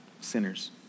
Sinners